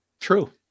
True